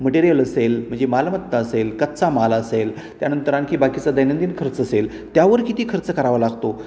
material असेल म्हणजे मालमत्ता असेल कच्चा माल असेल त्यानंतर आणखी बाकीचा दैनंदिन खर्च असेल त्यावर किती खर्च करावा लागतो